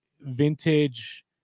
vintage